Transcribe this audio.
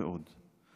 ועוד.